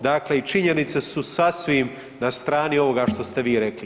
Dakle i činjenice su sasvim na strani ovoga što ste vi rekli.